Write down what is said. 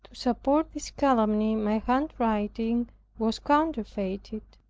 support this calumny my handwriting was counterfeited,